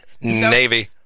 Navy